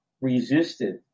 resisted